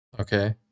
Okay